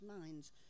minds